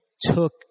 took